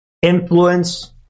Influence